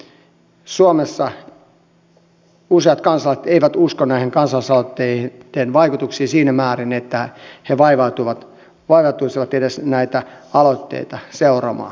valitettavasti suomessa useat kansalaiset eivät usko näiden kansalaisaloitteiden vaikutukseen siinä määrin että he vaivautuisivat edes aloitteita seuraamaan